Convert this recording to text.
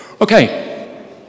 Okay